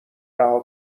رها